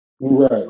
Right